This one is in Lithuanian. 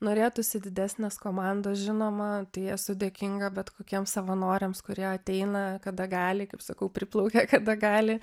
norėtųsi didesnės komandos žinoma tai esu dėkinga bet kokiems savanoriams kurie ateina kada gali kaip sakau priplaukia kada gali